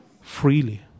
freely